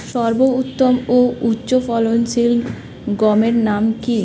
সর্বোত্তম ও উচ্চ ফলনশীল গমের নাম কি?